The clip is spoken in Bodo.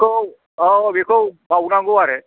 बेखौ औ बेखौ बावनांगौ आरो